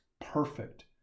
perfect